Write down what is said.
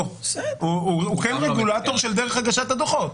הוא רגולטור של דרך הגשת הדוחות.